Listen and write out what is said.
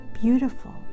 beautiful